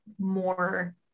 more